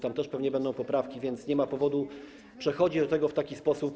Tam też pewnie będą poprawki, więc nie ma powodu podchodzić do tego w taki sposób.